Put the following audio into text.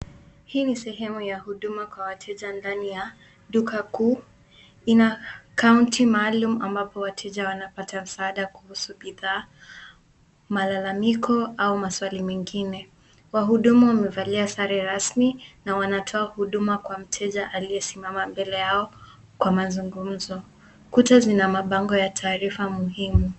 Hii ni sehemu ya huduma kwa wateja ndani ya duka kuu. Ina kaunta maalumu ambapo wateja wanapata msaada kuhusu bidhaa, malalamiko au maswali mengine. Wahuduma wamevalia sare rasmi na wanatoa huduma kwa mteja aliyesimama mbele yao kwa mazungumzo. Kuta zina mabango ya taarifa muhimu.